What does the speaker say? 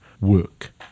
work